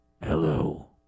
Hello